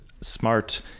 smart